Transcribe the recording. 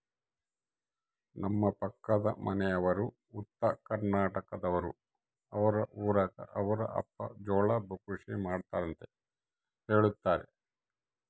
ನಮ್ಮ ಪಕ್ಕದ ಮನೆಯವರು ಉತ್ತರಕರ್ನಾಟಕದವರು, ಅವರ ಊರಗ ಅವರ ಅಪ್ಪ ಜೋಳ ಕೃಷಿ ಮಾಡ್ತಾರೆಂತ ಹೇಳುತ್ತಾರೆ